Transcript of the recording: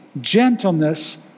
gentleness